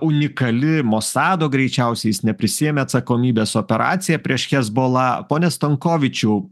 unikali mosado greičiausiai jis neprisiėmė atsakomybės operacija prieš hezbola pone stankovičiau